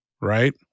right